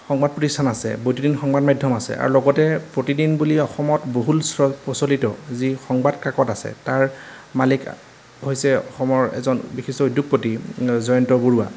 সংবাদ প্ৰতিষ্ঠান আছে বৈদ্যুতিন সংবাদ মাধ্যম আছে আৰু লগতে প্ৰতিদিন বুলি অসমত বহুল প্ৰচলিত যি সংবাদ কাকত আছে তাৰ মালিক হৈছে অসমৰ এজন বিশিষ্ট উদ্যোগপতি জয়ন্ত বৰুৱা